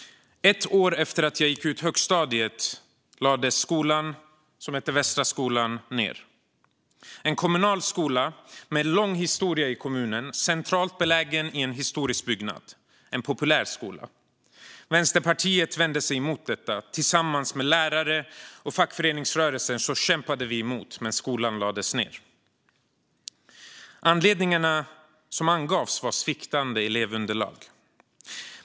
Ett år efter att jag gick ut högstadiet lades skolan som hette Västra skolan ned. Det var en kommunal skola med lång historia i kommunen, centralt belägen i en historisk byggnad - en populär skola. Vänsterpartiet vände sig emot detta. Tillsammans med lärare och fackföreningsrörelse kämpade vi emot, men skolan lades ned. Anledningen som angavs var sviktande elevunderlag.